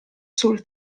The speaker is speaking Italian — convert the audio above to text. sul